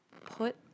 put